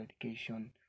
education